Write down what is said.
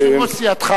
מיושב-ראש סיעתך,